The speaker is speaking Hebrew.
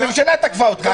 הממשלה תקפה אותך.